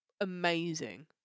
amazing